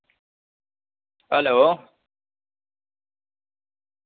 hello